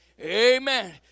Amen